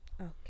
Okay